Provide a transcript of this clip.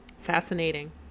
Fascinating